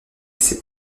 ces